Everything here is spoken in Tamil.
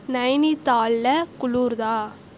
நைனிதாலில் குளிருதா